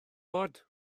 oed